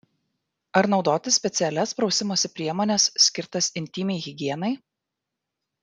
ar naudoti specialias prausimosi priemones skirtas intymiai higienai